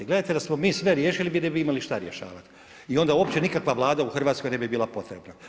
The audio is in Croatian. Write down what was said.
Gledajte, da smo mi sve riješili vi ne bi imali šta rješavati, i onda uopće nikakva Vlada u Hrvatskoj ne bi bila potrebna.